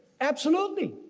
absolutely.